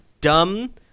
dumb